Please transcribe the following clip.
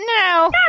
No